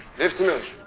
this? yeah.